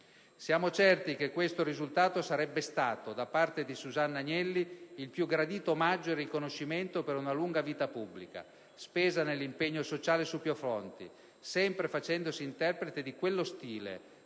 Siamo certi che questo risultato sarebbe stato per Susanna Agnelli il più gradito omaggio e riconoscimento per una lunga vita pubblica, spesa nell'impegno sociale su più fronti, sempre facendosi interprete di quello stile,